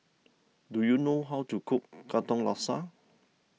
do you know how to cook Katong Laksa